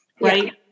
right